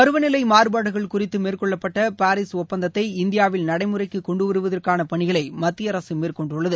பருவநிலை மாறுபாடுகள் குறித்து மேற்கொள்ளப்பட்ட பாரீஸ் ஒப்பந்தத்தை இந்தியாவில் நடைமுறைக்கு கொண்டு வருவதற்கான பணிகளை மத்திய அரசு மேற்கொண்டுள்ளது